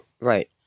Right